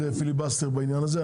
פיליבסטר בעניין הזה.